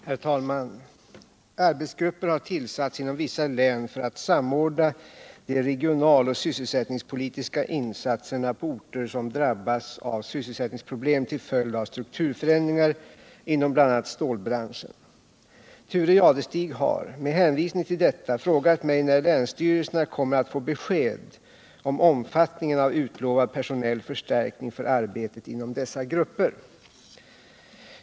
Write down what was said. Herr talman! Arbetsgrupper har tillsatts inom vissa län för att samordna de regionaloch sysselsättningspolitiska insatserna på orter som drabbas av sysselsättningsproblem till följd av strukturförändringarna inom bl.a. stålbranschen. Thure Jadestig har — med hänvisning till detta — frågat mig när länsstyrelserna kommer att få besked om omfattningen av utlovad personell förstärkning för arbetet inom dessa grupper.